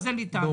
אז אין לי טענות,